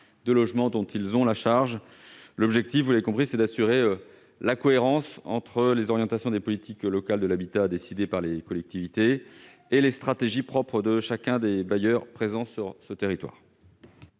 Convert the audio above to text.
de logements concerné. L'objectif est d'assurer la cohérence entre les orientations des politiques locales de l'habitat, décidées par les collectivités, et les stratégies propres de chacun des bailleurs présents sur le territoire.